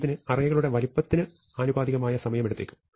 ഇതിന് അറേകളുടെ വലുപ്പത്തിന് ആനുപാതികമായി സമയം എടുത്തേക്കും